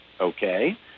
Okay